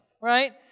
right